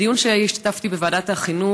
בדיון שהשתתפתי בו בוועדת החינוך,